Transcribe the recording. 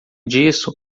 disso